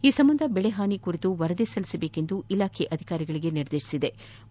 ಈ ಸಂಬಂಧ ಬೆಳೆ ಹಾನಿ ಕುರಿತು ವರದಿ ಸಲ್ಲಿಸುವಂತೆ ಇಲಾಖೆ ಅಧಿಕಾರಿಗಳಿಗೆ ನಿರ್ದೇಶನ ನೀಡಲಾಗಿದೆ